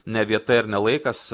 ne vieta ir ne laikas